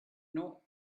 know